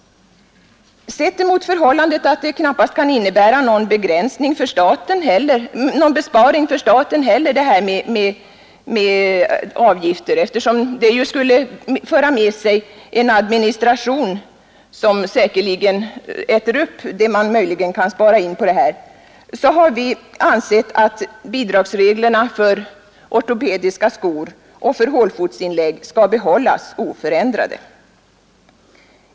Avgifterna kan heller knappast innebära någon besparing för staten, eftersom de skulle föra med sig en administration som säkerligen äter upp det man möjligen kan spara in. Mot den bakgrunden har vi ansett att bidragsreglerna för ortopediska skor och för hålfotsinlägg bör behållas oförändrade.